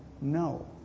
no